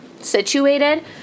situated